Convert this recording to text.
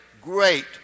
great